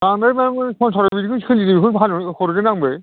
बांद्रायब्लाबो